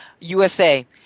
USA